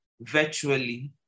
virtually